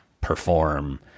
perform